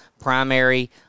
primary